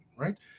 Right